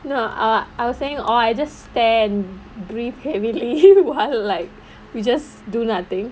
no err I was saying or I just stare and breathe heavily while like we just do nothing